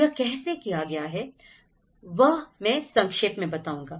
यह कैसे किया गया है वह मैं संक्षेप में बताऊंगा